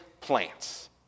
plants